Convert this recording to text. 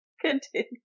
continue